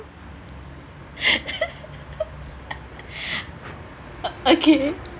okay